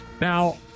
Now